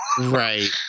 Right